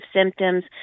symptoms